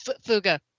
Fuga